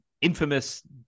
infamous